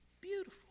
beautiful